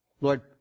Lord